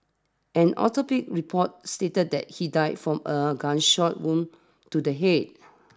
an autopsy report stated that he died from a gunshot wound to the head